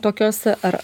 tokios ar